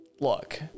look